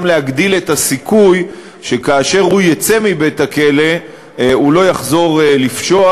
להגדיל את הסיכוי שכאשר הוא יצא מבית-הכלא הוא לא יחזור לפשוע,